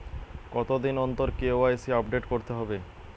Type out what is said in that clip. কতদিন অন্তর KYC update করতে হবে?